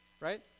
right